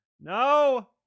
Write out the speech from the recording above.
No